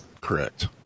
Correct